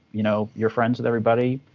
you know you're friends with everybody.